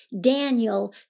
Daniel